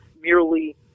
merely